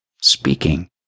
speaking